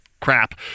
crap